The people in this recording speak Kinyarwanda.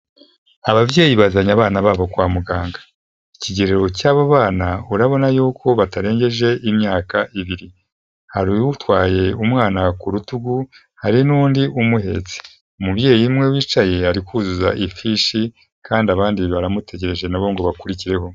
Ababyeyi bazanye abana babo kwa muganga, ikigero cy'abo bana urabona yuko batarengeje imyaka ibiri, hari utwaye umwana ku rutugu, hari n'undi umuhetse. Umubyeyi umwe wicaye ari kuzuza ifishi, kandi abandi baramutegereje na bo ngo bakurikireho.